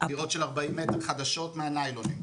דירות של 40 מטר חדשות מהניילון.